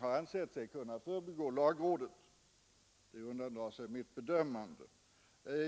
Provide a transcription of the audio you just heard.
har ansett sig kunna förbigå lagrådet — det undandrar sig mitt bedömande.